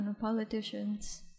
politicians